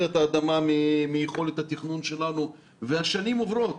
את האדמה מיכולת התכנון שלנו והשנים עוברות.